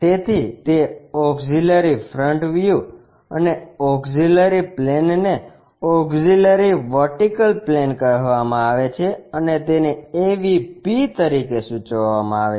તેથી તે auxiliary front view અને ઓક્ષીલરી પ્લેનને ઓક્ષીલરી વર્ટિકલ પ્લેન કહેવામાં આવે છે અને તેને AVP તરીકે સૂચવવામાં આવે છે